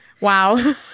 wow